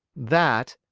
that,